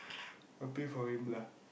happy for him lah